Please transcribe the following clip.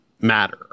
matter